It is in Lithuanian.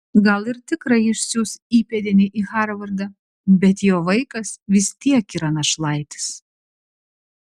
gal ir tikrai išsiųs įpėdinį į harvardą bet jo vaikas vis tiek yra našlaitis